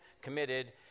committed